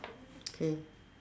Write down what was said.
okay